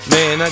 Man